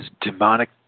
demonic